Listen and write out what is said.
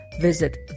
visit